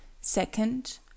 Second